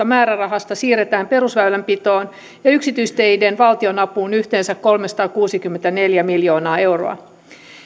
määrärahasta siirretään perusväylänpitoon ja yksityisteiden valtionapuun yhteensä kolmesataakuusikymmentäneljä miljoonaa euroa